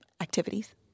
activities